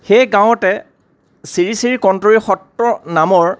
সেই গাঁৱতে শ্ৰী শ্ৰী কণ্টৰী সত্ৰ নামৰ